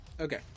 Okay